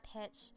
pitch